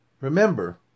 Remember